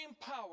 power